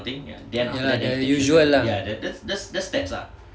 ya the usual lah